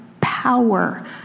power